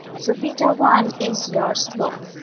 so beta one is your slope.